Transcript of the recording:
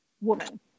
woman